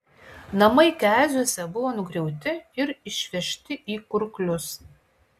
namai keziuose buvo nugriauti ir išvežti į kurklius